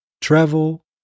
travel